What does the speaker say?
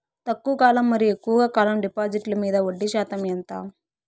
తక్కువ కాలం మరియు ఎక్కువగా కాలం డిపాజిట్లు మీద వడ్డీ శాతం ఎంత?